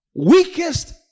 weakest